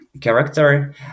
character